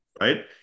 right